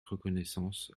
reconnaissance